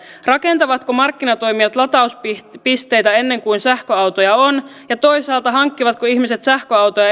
rakentavatko markkinatoimijat latauspisteitä ennen kuin sähköautoja on ja toisaalta hankkivatko ihmiset sähköautoja